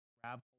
grab